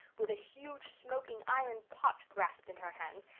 with a huge, smoking iron pot grasped in her hands,